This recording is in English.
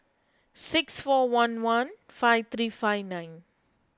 six four one one five three five nine